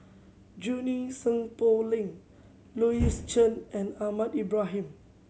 Junie Sng Poh Leng Louis Chen and Ahmad Ibrahim